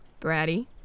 bratty